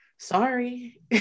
sorry